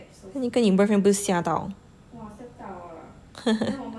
then 你跟你 boyfriend 不是吓到